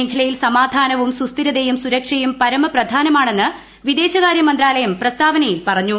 മേഖലയിൽ സമാധാനവും സുസ്ഥിരതയും സുരക്ഷയും പരമപ്രധാനമാണെന്ന് വിദേശകാര്യമന്ത്രാലയം പ്രസ്താവനയിൽ പറഞ്ഞു